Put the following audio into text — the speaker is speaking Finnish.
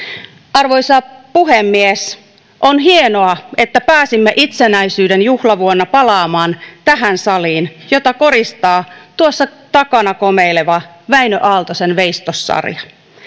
arvoisa puhemies on hienoa että pääsimme itsenäisyyden juhlavuonna palaamaan tähän saliin jota koristaa tuossa takana komeileva wäinö aaltosen veistossarja